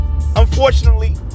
unfortunately